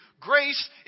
Grace